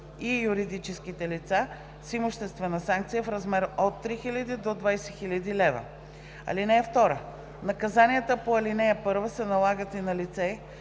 и юридическите лица – с имуществена санкция в размер от 3000 до 20 000 лв. (2) Наказанията по ал. 1 се налагат и на лице,